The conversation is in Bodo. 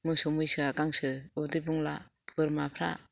मोसौ मैसोआ गांसो उदै बुंला बोरमाफ्रा